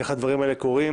איך הדברים האלה קורים,